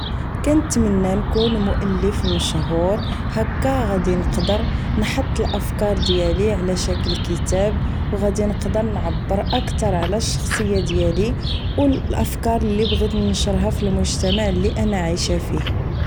كنتمنى نكون مؤلف مشهور هكا غادي نقدر نحط الافكار ديالي على شكل كتاب و غادي نقدر نعبر اكتر على الشخصية ديالي و الافكار اللي بغيت نشرها فالمجتمع اللي انا عايشة فيه